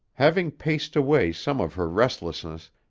having paced away some of her restlessness,